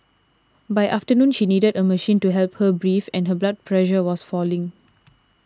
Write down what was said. by afternoon she needed a machine to help her breathe and her blood pressure was falling